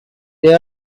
there